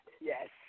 yes